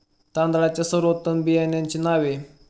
तांदळाच्या सर्वोत्तम बियाण्यांची नावे?